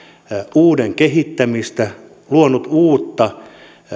uuden kehittämistä luoneet uutta